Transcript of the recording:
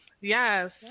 Yes